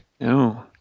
No